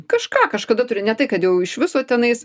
kažką kažkada turi ne tai kad jau iš viso tenais